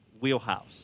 wheelhouse